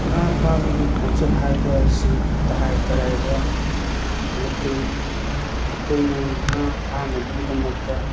ꯉꯥ ꯐꯥꯕꯒꯤ ꯈꯣꯡꯆꯠ ꯍꯥꯏꯕ ꯑꯁꯤ ꯇꯔꯥꯏ ꯇꯔꯥꯏꯕ ꯅꯠꯇꯦ ꯑꯩꯈꯣꯏꯅ ꯉꯥ ꯐꯥꯅꯕꯒꯤꯗꯃꯛꯇ